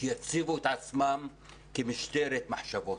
שהם הציבו את עצמם כמשטרת מחשבות.